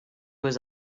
was